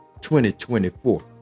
2024